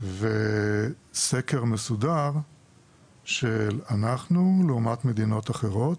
וסקר מסודר של השוואה בינינו לבין מדינות אחרות,